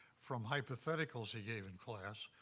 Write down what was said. from hypotheticals he gave in class,